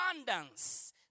abundance